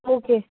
okay